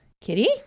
Kitty